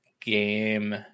game